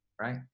right